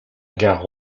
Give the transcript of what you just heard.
gare